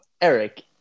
Eric